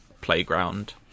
Playground